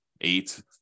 eight